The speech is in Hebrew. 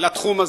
לתחום הזה,